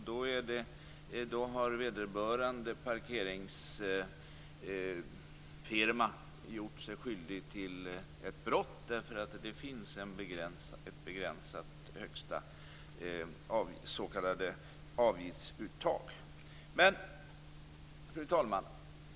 Då har vederbörande parkeringsfirma gjort sig skyldig till ett brott, därför att det finns ett begränsat högsta s.k. Fru talman!